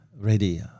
ready